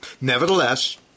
Nevertheless